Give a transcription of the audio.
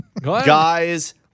Guys